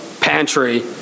pantry